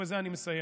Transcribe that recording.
ובזה אני מסיים,